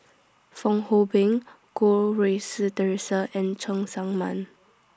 Fong Hoe Beng Goh Rui Si Theresa and Cheng Tsang Man